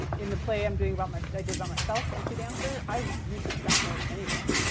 in the play i'm doing about, like that i did about myself, fancy dancer, i researched that more than anything.